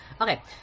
Okay